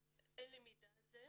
אין לי מידע על זה.